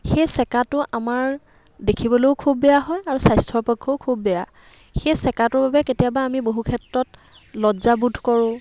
সেই চেকাটো আমাৰ দেখিবলৈও খুব বেয়া হয় আৰু স্বাস্থ্যৰ পক্ষেও খুব বেয়া সেই চেকাটোৰ বাবে কেতিয়াবা আমি বহু ক্ষেত্ৰত লজ্জাবোধ কৰোঁ